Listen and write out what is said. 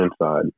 inside